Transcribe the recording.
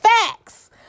facts